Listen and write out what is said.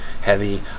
heavy